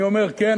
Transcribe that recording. אני אומר: כן,